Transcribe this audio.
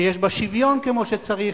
שיש בה שוויון כמו שצריך,